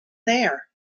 there